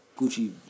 Gucci